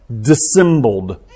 dissembled